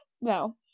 no